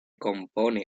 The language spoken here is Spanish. compone